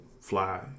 fly